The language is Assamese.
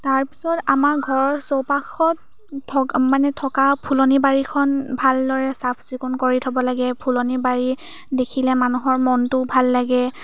তাৰপিছত আমাৰ ঘৰৰ চৌপাশত থ মানে থকা ফুলনি বাৰীখন ভালদৰে চাফ চিকুণ কৰি থ'ব লাগে ফুলনি বাৰী দেখিলে মানুহৰ মনটোও ভাল লাগে